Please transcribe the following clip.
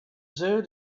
zoo